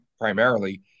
primarily